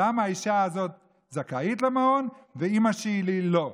למה האישה הזו זכאית למעון ואימא שלי לא?